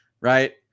Right